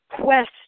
quest